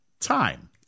time